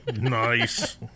Nice